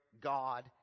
God